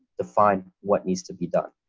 define what needs to be done.